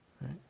right